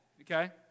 okay